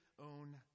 own